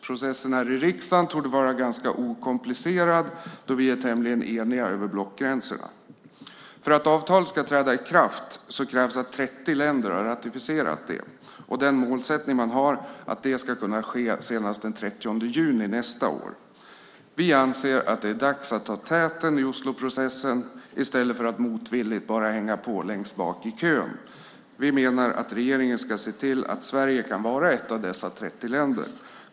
Processen i riksdagen torde vara ganska okomplicerad, eftersom vi är tämligen eniga över blockgränserna. För att avtalet ska träda i kraft krävs att 30 länder ratificerat det. Målsättningen är att det ska kunna ske senast den 30 juni nästa år. Vi anser att det är dags att ta täten i Osloprocessen i stället för att motvilligt bara hänga på längst bak i kön. Vi menar att regeringen ska se till att Sverige kan vara ett av dessa 30 länder.